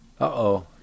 Uh-oh